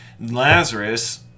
Lazarus